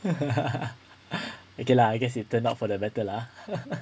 okay lah I guess it turn out for the better lah !huh!